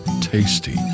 tasty